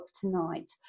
tonight